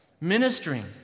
ministering